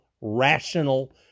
rational